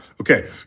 Okay